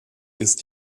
ist